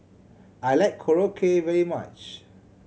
I like Korokke very much